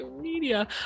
media